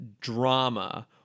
drama